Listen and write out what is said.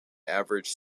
average